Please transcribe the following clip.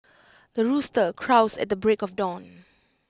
the rooster crows at the break of dawn